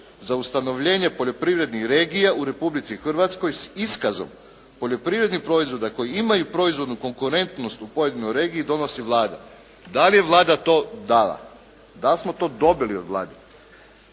za ustanovljenje poljoprivrednih regija u Republici Hrvatskoj s iskazom poljoprivrednih proizvoda koji imaju proizvodnu konkurentnost u pojedinoj regiji donosi Vlada." Da li je Vlada to dala, da l' smo to dobili od Vlade?